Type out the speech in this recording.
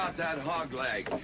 that hog-legg.